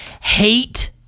hate